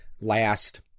last